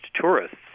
tourists